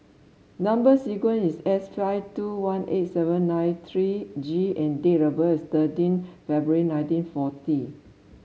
number sequence is S five two one eight seven nine three G and date of birth is thirteen February nineteen forty